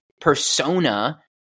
persona